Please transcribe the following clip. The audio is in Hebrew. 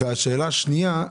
השאלה השנייה,